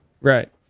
Right